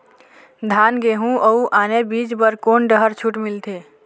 धान गेहूं अऊ आने बीज बर कोन डहर छूट मिलथे?